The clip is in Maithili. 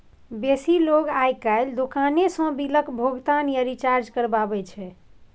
बेसी लोक आइ काल्हि दोकाने सँ बिलक भोगतान या रिचार्ज करबाबै छै